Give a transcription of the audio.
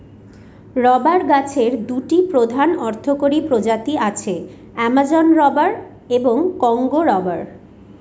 rubber গাছের দুটি প্রধান অর্থকরী প্রজাতি আছে, অ্যামাজন রবার এবং কংগো রবার